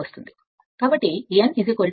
కాబట్టి n 655